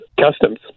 customs